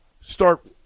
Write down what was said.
Start –